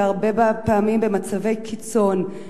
והרבה פעמים במצבי קיצון.